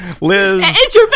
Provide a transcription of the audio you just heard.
liz